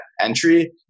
entry